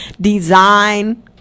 Design